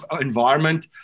environment